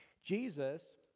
Jesus